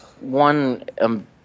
one –